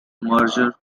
merger